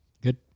Good